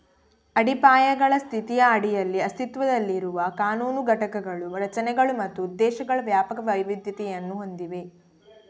ಅಡಿಪಾಯಗಳ ಸ್ಥಿತಿಯ ಅಡಿಯಲ್ಲಿ ಅಸ್ತಿತ್ವದಲ್ಲಿರುವ ಕಾನೂನು ಘಟಕಗಳು ರಚನೆಗಳು ಮತ್ತು ಉದ್ದೇಶಗಳ ವ್ಯಾಪಕ ವೈವಿಧ್ಯತೆಯನ್ನು ಹೊಂದಿವೆ